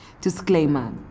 Disclaimer